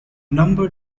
number